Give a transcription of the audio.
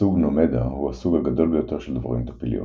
הסוג נומדה הוא הסוג הגדול ביותר של דבורים טפיליות.